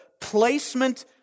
placement